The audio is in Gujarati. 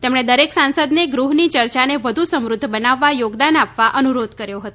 તેમણે દરેક સાંસદને ગૃહની ચર્ચાને વધુ સમૃદ્ધ બનાવવા યોગદાન આપવા અનુરોધ કર્યો હતો